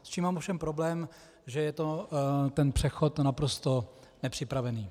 S čím mám ovšem problém, že je ten přechod naprosto nepřipravený.